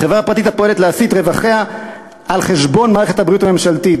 חברה פרטית הפועלת לעשיית רווחיה על חשבון מערכת הבריאות הממשלתית,